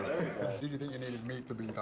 did you think you needed meat to be